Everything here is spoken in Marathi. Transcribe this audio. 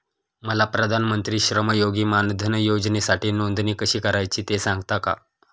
मला प्रधानमंत्री श्रमयोगी मानधन योजनेसाठी नोंदणी कशी करायची ते सांगता का?